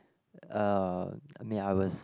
uh I mean I was